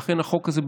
לכן החוק הזה,